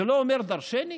זה לא אומר דרשני?